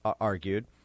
argued